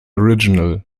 original